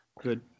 Good